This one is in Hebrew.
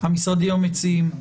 המשרדים המציעים,